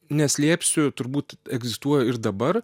neslėpsiu turbūt egzistuoja ir dabar